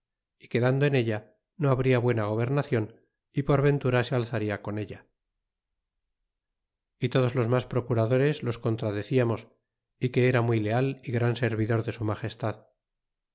y quedando en ella no habría buena gobernacion y por ventura se alzarla con ella y todos los mas procuradores los contradeciamos y que era muy leal y gran servidor de su magestad